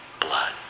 blood